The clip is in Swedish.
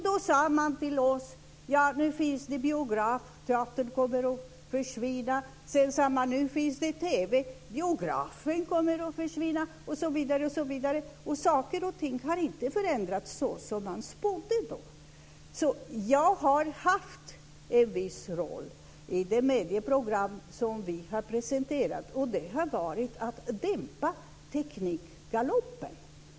Då sade man till oss att det nu fanns biografer och att teatern skulle försvinna. Sedan sade man att nu fanns TV:n och att biograferna skulle försvinna, osv. Saker och ting har inte förändrats så som man då spådde. Jag har haft en viss roll i det medieprogram som vi har presenterat, nämligen att dämpa teknikgaloppen.